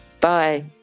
Bye